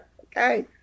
okay